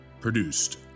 produced